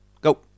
Go